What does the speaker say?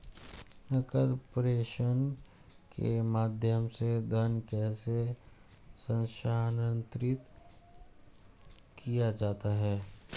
नकद प्रेषण के माध्यम से धन कैसे स्थानांतरित किया जाता है?